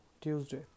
Tuesday